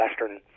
Western